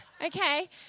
Okay